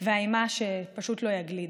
והאימה שפשוט לא יגלידו.